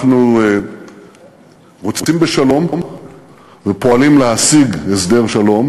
אנחנו רוצים בשלום ופועלים להשיג הסדר שלום,